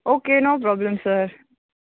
okay no problem sir